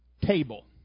table